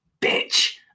bitch